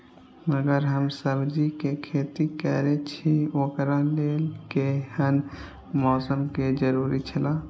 अगर हम सब्जीके खेती करे छि ओकरा लेल के हन मौसम के जरुरी छला?